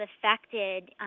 affected